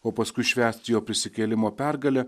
o paskui švęsti jo prisikėlimo pergalę